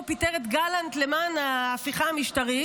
פיטר את גלנט למען ההפיכה המשטרית,